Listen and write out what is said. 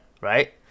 Right